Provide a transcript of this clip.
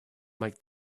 make